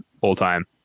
all-time